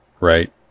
right